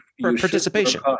participation